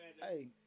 Hey